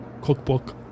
cookbook